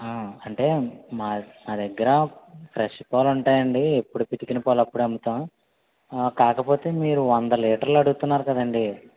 అంటే మా మా దగ్గర ఫ్రెష్ పాలు ఉంటాయి అండి ఎప్పుడు పితికిన పాలు అప్పుడే అమ్ముతాం కాకపోతే మీరు వందలీటర్లు అడుగుతున్నారు కదండి